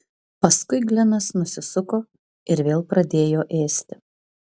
paskui glenas nusisuko ir vėl pradėjo ėsti